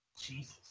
Jesus